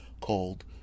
Called